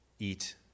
eat